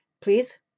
please